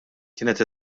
kienet